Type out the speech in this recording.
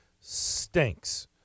stinks